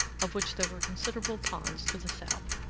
of which there were considerable ponds to the south.